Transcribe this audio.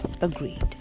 agreed